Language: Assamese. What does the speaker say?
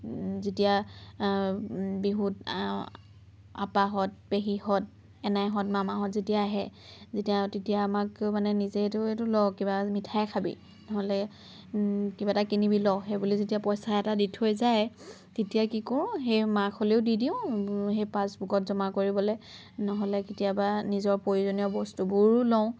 যেতিয়া বিহুত আপাহঁত পেহীহঁত এনাইহঁত মামাহঁত যেতিয়া আহে তেতিয়া আমাক মানে নিজেই এইটো ল মিঠাই খাবি নহ'লে কিবা এটা কিনিবি ল সেইবুলি যেতিয়া পইচা এটা দি থৈ যায় তেতিয়া কি কৰোঁ সেই মাক হ'লেও দি দিওঁ সেই পাছবুকত জমা কৰিবলৈ নহ'লে কেতিয়াবা নিজৰ প্ৰয়োজনীয় বস্তুবোৰো লওঁ